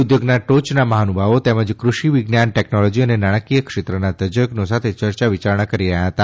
ઉદ્યોગના ટોચના મહાનુભાવો તેમજ કૃષિ વિજ્ઞાન ટેકનોલોજી અને નાણાકીય ક્ષેત્રના તજજ્ઞો સાથે ચર્ચા વિચારણા કરી રહ્યા હતા